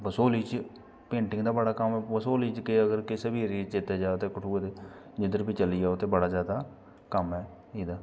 बसोह्ली च पेटिंग दा बड़ा कम्म ऐ बसोह्ली च केह् अगर कुसे बी ऐरिये च कीता जाए कठुऐ च उद्धर बी चली जाए ओह् बड़ा ज्यादा कम्म ऐ एहदा